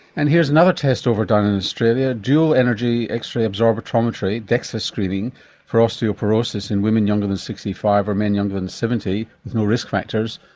and here's another test overdone in australia dual energy x-ray absorptiometry screening for osteoporosis in women younger than sixty five or men younger than seventy no risk factors.